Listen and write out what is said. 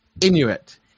Inuit